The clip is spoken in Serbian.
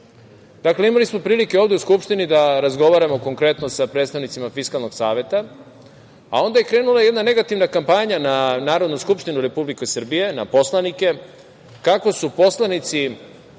zašto. Dakle, imali smo prilike ovde u Skupštini da razgovaramo konkretno sa predstavnicima Fiskalnog saveta, a onda je krenula jedna negativna kampanja na Narodnu skupštinu Republike Srbije, na poslanike, kako poslanici